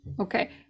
Okay